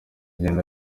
ngendo